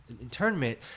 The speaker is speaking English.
internment